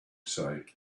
say